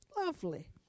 lovely